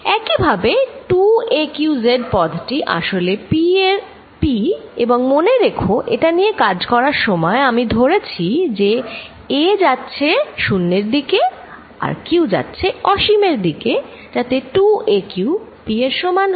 এক ই ভাবে 2a q z পদটি আসলে p এবং মনে রেখ এটা নিয়ে কাজ করার সময় আমি ধরেছি যে a যাচ্ছে 0 এর দিকে আর q যাচ্ছে অসীমের দিকে যাতে 2aq pএর সমান হয়